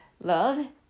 love